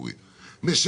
אז